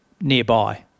nearby